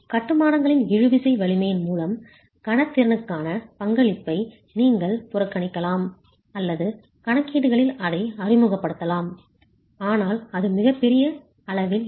கட்டுமானங்களின் இழுவிசை வலிமையின் மூலம் கணத் திறனுக்கான பங்களிப்பை நீங்கள் புறக்கணிக்கலாம் அல்லது கணக்கீடுகளில் அதை அறிமுகப்படுத்தலாம் ஆனால் அது மிகச் சிறிய அளவில் இருக்கும்